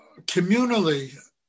communally